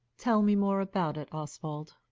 tell me more about it, oswald.